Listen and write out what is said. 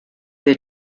wir